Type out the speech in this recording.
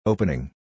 Opening